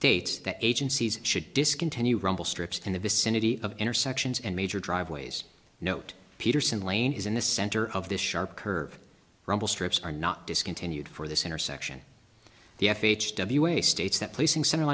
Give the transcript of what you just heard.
states that agencies should discontinue rumble strips in the vicinity of intersections and major driveways note peterson lane is in the center of this sharp curve rumble strips are not discontinued for this intersection the f h w a states that placing cent